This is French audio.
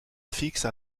fixe